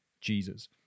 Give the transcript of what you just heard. Jesus